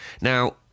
Now